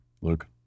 Luke